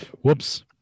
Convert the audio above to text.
Whoops